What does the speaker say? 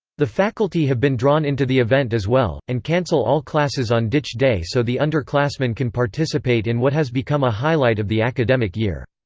the faculty have been drawn into the event as well, and cancel all classes on ditch day so the underclassmen can participate in what has become a highlight of the academic year.